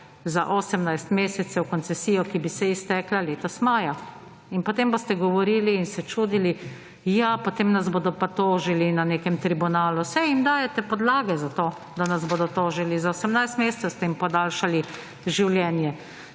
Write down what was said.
za 18 mesecev, koncesijo, ki bi se iztekla letos maja. In potem boste govorili in se čudili, ja, potem nas bodo pa tožili na nekem tribunalu. Saj jim dajete podlage za to, da nas bodo tožili, za 18 mesecev ste jim podaljšali življenje.